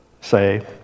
say